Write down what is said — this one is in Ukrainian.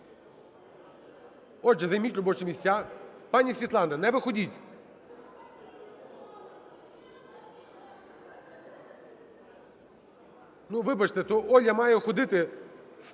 Отже, займіть робочі місця. Пані Світлана, не виходьте. Вибачте, то Оля має ходити